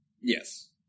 Yes